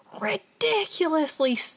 ridiculously